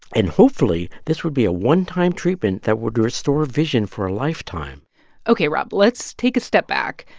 and hopefully, this would be a one-time treatment that would restore vision for a lifetime ok, rob. let's take a step back.